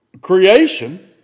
creation